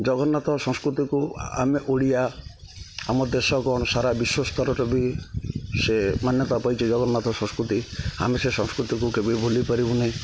ଜଗନ୍ନାଥ ସଂସ୍କୃତିକୁ ଆମେ ଓଡ଼ିଆ ଆମ ଦେଶ କଣ ସାରା ବିଶ୍ୱ ସ୍ତରରେ ବି ସେ ମାନ୍ୟତା ପାଇଛି ଜଗନ୍ନାଥ ସଂସ୍କୃତି ଆମେ ସେ ସଂସ୍କୃତିକୁ କେବେ ଭୁଲି ପାରିବୁନି